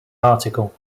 article